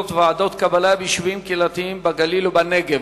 (ועדות קבלה ביישובים קהילתיים בגליל ובנגב),